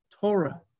Torah